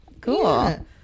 cool